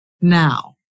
Now